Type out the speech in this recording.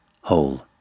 whole